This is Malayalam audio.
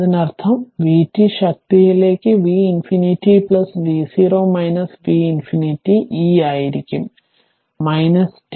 അതിനർത്ഥം vt ശക്തിയിലേക്ക് V ∞ v0 v ∞ e ആയിരിക്കും t